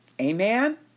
Amen